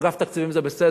אגף התקציבים זה בסדר.